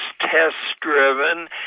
test-driven